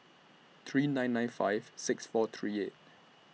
three nine nine five six four three eight